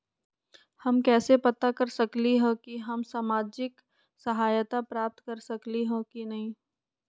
हम कैसे पता कर सकली ह की हम सामाजिक सहायता प्राप्त कर सकली ह की न?